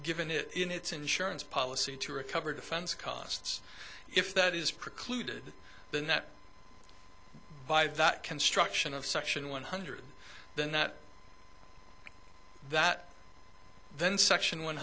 given it in its insurance policy to recover defense costs if that is precluded then that by that construction of section one hundred then that that then section one